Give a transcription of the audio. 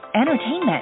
entertainment